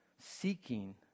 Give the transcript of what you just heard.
seeking